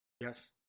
Yes